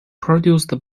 produced